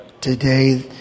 today